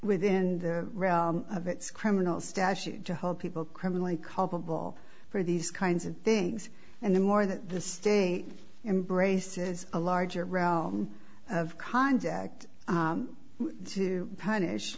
within the realm of it's criminal statute to hold people criminally culpable for these kinds of things and the more that the state embraces a larger realm of conduct to punish